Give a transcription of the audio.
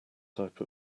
type